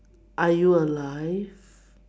are you alive